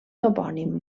topònim